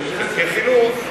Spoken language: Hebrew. על חלקי חילוף,